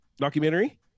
documentary